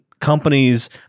companies